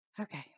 Okay